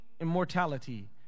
Immortality